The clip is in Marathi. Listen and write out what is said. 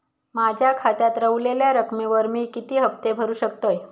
माझ्या खात्यात रव्हलेल्या रकमेवर मी किती हफ्ते भरू शकतय?